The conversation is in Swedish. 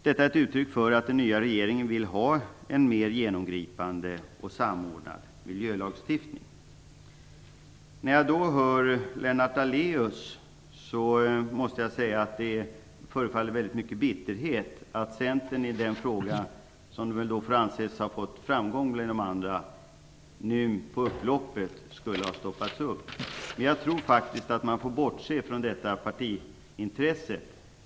Detta är ett uttryck för att den nya regeringen vill ha en mer genomgripande och samordnad miljölagstiftning. När jag nu hör Lennart Daléus måste jag säga att det förefaller att finnas mycket bitterhet, eftersom Centerns framgång nu på upploppet har stoppats upp. Jag tror att man får bortse från partiintresset.